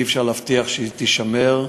אי-אפשר להבטיח שהיא תישמר,